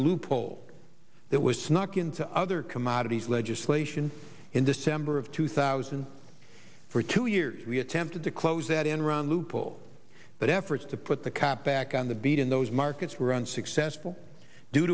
loophole that was snuck into other commodities legislation in december of two thousand for two years we attempted to close that enron loophole but efforts to put the cap back on the beat in those markets were unsuccessful due